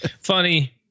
funny